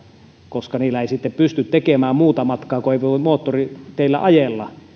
koska niillä ei sitten pysty tekemään muuta matkaa kun ei voi moottoriteillä ajella